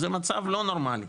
זה מצב לא נורמלי,